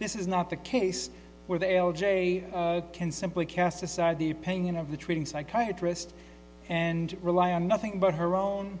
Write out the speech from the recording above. this is not the case where the l j can simply cast aside the opinion of the treating psychiatry list and rely on nothing but her own